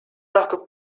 lahkub